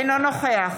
אינו נוכח